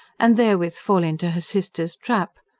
and therewith fall into her sister's trap.